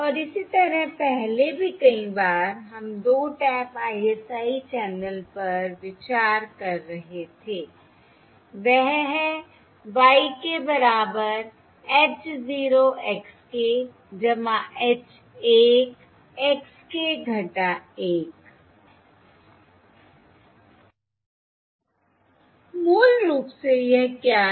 और इसी तरह पहले भी कई बार हम 2 टैप ISI चैनल पर विचार कर रहे थे वह है y k बराबर h 0 x k h 1 x k - 1 मूल रूप से यह क्या है